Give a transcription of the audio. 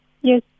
Yes